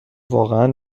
واقعا